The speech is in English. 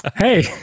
hey